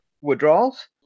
withdrawals